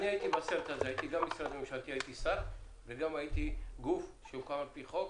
אני הייתי בסרט הזה הייתי שר וגם הייתי בגוף שהוכר על פי חוק